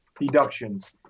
deductions